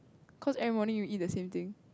cause every morning you eat the same thing